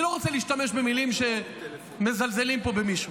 אני לא רוצה להשתמש במילים שמזלזלות פה במישהו.